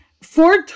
four